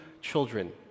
children